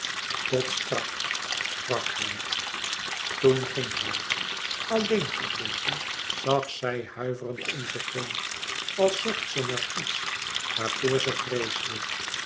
tot straks sprak hij toen ging hij alleen gebleven zag zij huiverend om zich heen als zocht ze naar iets waarvoor ze vreesde